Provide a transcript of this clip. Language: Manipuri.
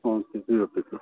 ꯑꯣ ꯄꯤꯕꯤꯔꯣ ꯄꯤꯕꯤꯔꯣ